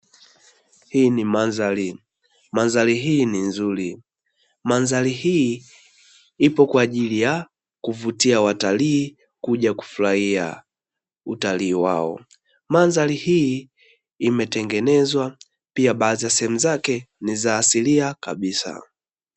Hii ni mandhari, mandhari hii ni nzuri mandhari hii ipo kwaajili ya kuvutia watalii kuja kufurahia utalii wao, mandhari hii imetengenezwa pia baadhi ya sehemu zake ni za asilia kabisa.